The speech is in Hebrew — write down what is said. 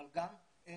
אבל גם בשוטף,